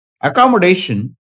Accommodation